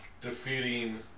Defeating